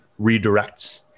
redirects